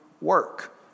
work